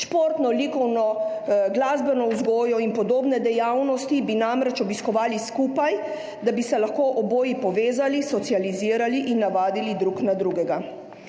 Športno, likovno, glasbeno vzgojo in podobne dejavnosti bi namreč obiskovali skupaj, da bi se lahko oboji povezali, socializirali in navadili drug na drugega.